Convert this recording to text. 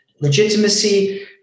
legitimacy